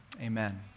Amen